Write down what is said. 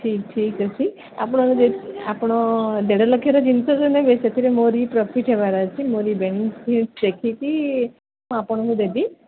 ଠିକ୍ ଠିକ୍ ଅଛି ଆପଣ ଯଦି ଆପଣ ଦେଢ଼ ଲକ୍ଷର ଜିନିଷ ଯୋଉ ନେବେ ସେଥିରେ ମୋର ବି ପ୍ରଫିଟ୍ ହେବାର ଅଛି ମୋର ବେନିଫିଟ୍ ଦେଖିକି ମୁଁ ଆପଣଙ୍କୁ ଦେବି